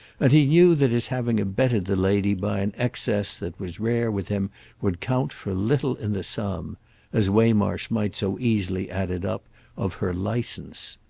and he knew that his having abetted the lady by an excess that was rare with him would count for little in the sum as waymarsh might so easily add it up of her licence.